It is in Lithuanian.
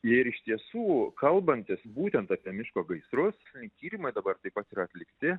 ir iš tiesų kalbantis būtent apie miško gaisrus tyrimai dabar taip pat yra atlikti